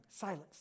silence